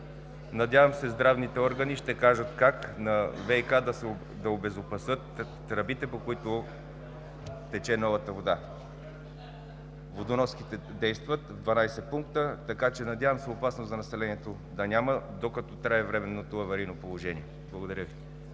Надявам се здравните органи ще кажат на ВиК как да се обезопасят тръбите, по които тече новата вода. Водоноските действат в 12 пункта, така че, надявам се, опасност за населението да няма, докато трае временното аварийно положение. Благодаря Ви.